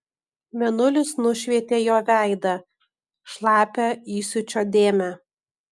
mėnulis nušvietė jo veidą šlapią įsiūčio dėmę